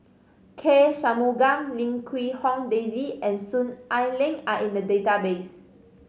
K Shanmugam Lim Quee Hong Daisy and Soon Ai Ling are in the database